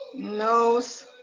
nose.